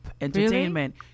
entertainment